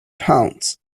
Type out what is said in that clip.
pounds